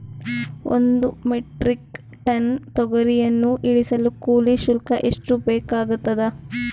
ಒಂದು metric ton ತೊಗರಿಯನ್ನು ಇಳಿಸಲು ಕೂಲಿ ಶುಲ್ಕ ಎಷ್ಟು ಬೇಕಾಗತದಾ?